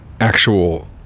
actual